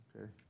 Okay